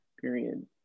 Period